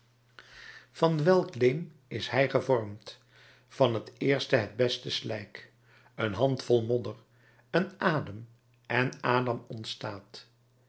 van welk leem is hij gevormd van het eerste het beste slijk een handvol modder een adem en adam ontstaat